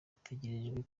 ategerejwe